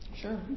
Sure